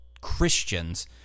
Christians